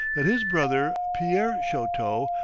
that his brother, pierre chouteau,